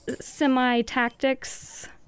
Semi-tactics